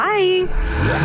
Bye